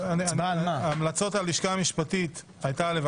המלצות הלשכה המשפטית הייתה להעביר